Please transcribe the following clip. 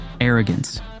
Arrogance